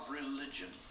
religion